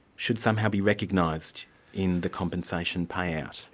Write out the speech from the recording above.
should somehow be recognised in the compensation payout.